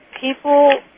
people